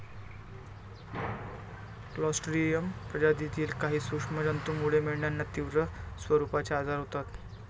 Clostridium प्रजातीतील काही सूक्ष्म जंतूमुळे मेंढ्यांना तीव्र स्वरूपाचे आजार होतात